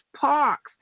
Parks